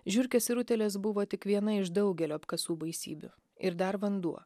žiurkės ir utėlės buvo tik viena iš daugelio apkasų baisybių ir dar vanduo